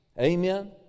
amen